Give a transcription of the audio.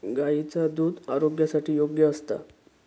गायीचा दुध आरोग्यासाठी योग्य असता